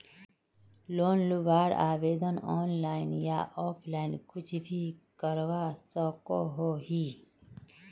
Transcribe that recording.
Loan लुबार आवेदन online या ऑफलाइन कुछ भी करवा सकोहो ही?